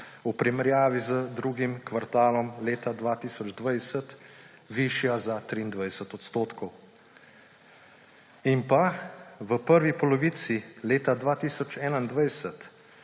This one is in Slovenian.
v primerjavi z drugim kvartalom leta 2020 višja za 23 %. In v prvi polovici leta 2021